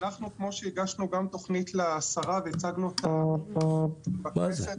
כמו שהגשנו תוכנית לשרה והצגנו אותה בכנסת,